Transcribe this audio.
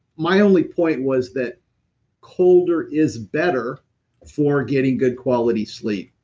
my only point was that colder is better for getting good quality sleep.